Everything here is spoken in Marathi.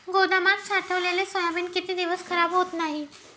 गोदामात साठवलेले सोयाबीन किती दिवस खराब होत नाही?